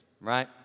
right